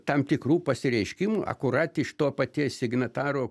tam tikrų pasireiškimų akurat iš to paties signataro